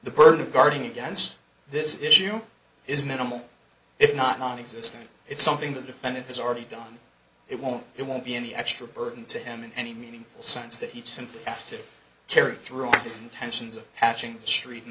the burden of guarding against this issue is minimal if not nonexistent it's something the defendant has already done it won't it won't be any extra burden to him in any meaningful sense that he's simply asked to carry through on his intentions of hatching tre